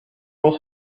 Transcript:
was